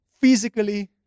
physically